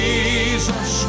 Jesus